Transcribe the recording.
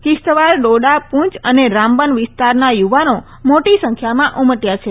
કિશ્તવાર ડોડા પૂંચ અને રામબન વિસ્તારના યુવાનો મોટી સંખ્યામાં ઉમટ્યા છે